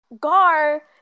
Gar